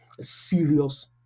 serious